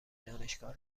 دانشگاه